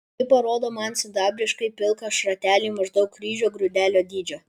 ji parodo man sidabriškai pilką šratelį maždaug ryžio grūdelio dydžio